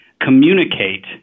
communicate